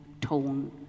tone